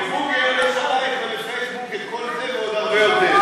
לגוגל ולפייסבוק יש ועוד הרבה יותר,